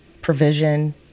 provision